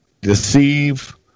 deceive